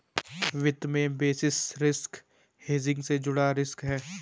वित्त में basis risk hedging से जुड़ा रिस्क है